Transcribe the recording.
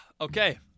Okay